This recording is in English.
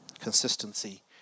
Consistency